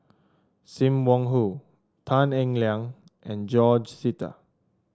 Sim Wong Hoo Tan Eng Liang and George Sita